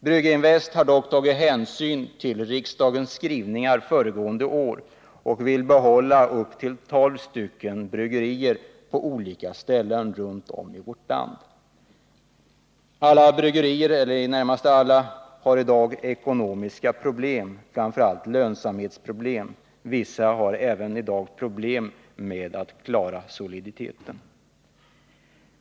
Brygginvest har dock tagit hänsyn till riksdagens skrivningar föregående år och vill behålla upp till tolv bryggerier på olika ställen runt om i vårt land. I det närmaste alla bryggerier har i dag ekonomiska problem — framför allt lönsamhetsproblem, men vissa har även problem att klara soliditeten.